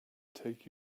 take